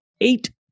eight